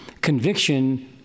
Conviction